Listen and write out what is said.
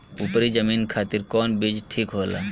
उपरी जमीन खातिर कौन बीज ठीक होला?